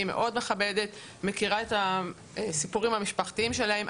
מאוד מכבדת ומכירה את הסיפורים המשפחתיים שלהן,